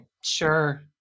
sure